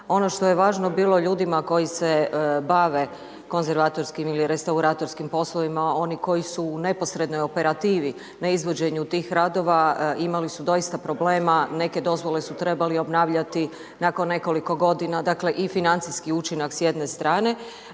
Ono što je važno bilo ljudima koji se bave konzervatorskim ili restauratorskim poslovima, oni koji su u neposrednoj operativi, na izvođenju tih radova, imali su doista problema, neke dozvole su trebali obnavljati, nakon nekoliko godina, dakle i financijski učinak s jedne strane